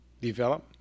develop